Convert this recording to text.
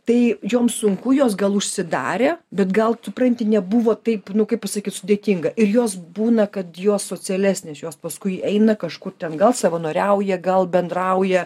tai joms sunku jos gal užsidarė bet gal supranti nebuvo taip nu kaip pasakyt sudėtinga ir jos būna kad jos socialesnės jos paskui eina kažkur ten gal savanoriauja gal bendrauja